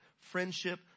friendship